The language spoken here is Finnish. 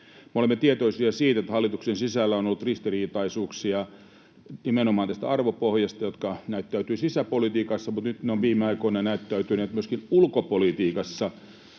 olemme tietoisia siitä, että hallituksen sisällä on ollut ristiriitaisuuksia nimenomaan tästä arvopohjasta, joka näyttäytyy sisäpolitiikassa, mutta nyt ne ristiriitaisuudet ovat viime aikoina näyttäytyneet myöskin ulkopolitiikassa,